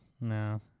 no